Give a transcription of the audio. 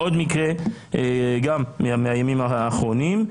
עוד מקרה מהימים האחרונים,